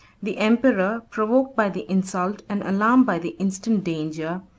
the emperor, provoked by the insult, and alarmed by the instant danger,